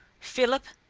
philip,